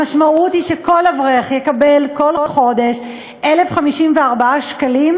המשמעות היא שכל אברך יקבל כל חודש 1,054 שקלים,